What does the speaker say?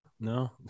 No